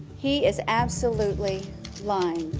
he is absolutely lying.